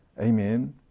Amen